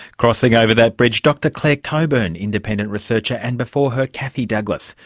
crossing over that bridge. dr clare coburn, independent researcher, and before her kathy douglas,